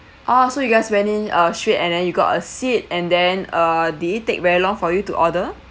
orh so you guys went in uh straight and then you got a seat and then uh did it take very long for you to order